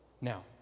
Now